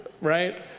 right